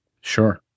sure